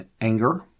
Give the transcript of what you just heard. anger